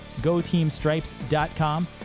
goteamstripes.com